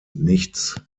nichts